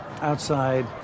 outside